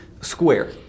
square